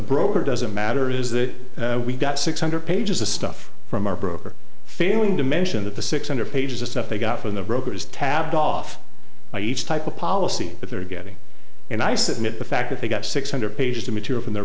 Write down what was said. broker doesn't matter is that we got six hundred pages of stuff from our broker failing to mention that the six hundred pages of stuff they got from the brokers tapped off by each type of policy that they're getting and i submit the fact that they've got six hundred pages of material from their